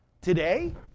today